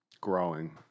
growing